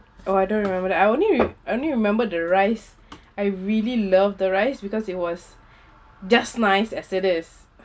oh I don't remember that I only re~ only remember the rice I really love the rice because it was just nice as it is